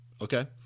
Okay